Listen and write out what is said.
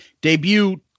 debut